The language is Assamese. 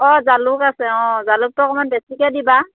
অঁ জালুক আছে অঁ জালুকটো অকণমান বেছিকৈ দিবা